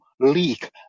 Leak